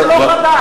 זה לא חדש,